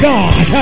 God